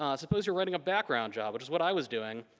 um suppose you're writing a background job which was what i was doing.